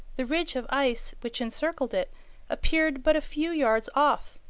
the ridge of ice which encircled it appeared but a few yards off,